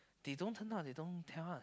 they don't turn up they don't tell us